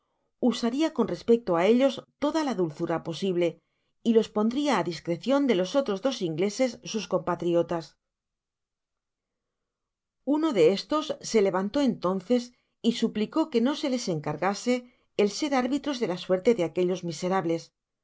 usaria con respecto á ellos de toda la dulzura posible y los pondria á discrecion de los otros dos ingleses sus compatriotas uno de estos se levantó entonees y suplicó que no sa les encargase el ser árbitros de la suerte de aquellos miserables